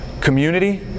Community